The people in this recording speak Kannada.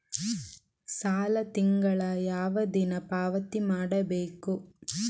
ಸಾಲ ತಿಂಗಳ ಯಾವ ದಿನ ಪಾವತಿ ಮಾಡಬೇಕು?